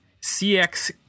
CX